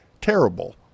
terrible